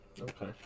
okay